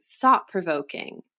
thought-provoking